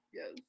Yes